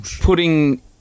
putting